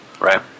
Right